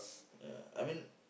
ya I mean